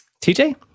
TJ